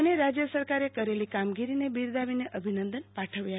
તેમણે રાજ્ય સરકારે કરેલી કામગીરીને બિરદાવીને અભિનંદન પાઠવ્યા હતા